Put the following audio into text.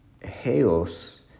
Heos